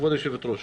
כבוד היושבת-ראש.